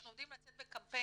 אנחנו עומדים לצאת בקמפיין,